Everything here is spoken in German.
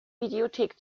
videothek